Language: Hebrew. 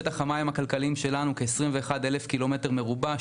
שטח המים הכלכליים שלנו הוא כ-21 אלף קילומטר מרובע,